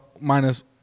minus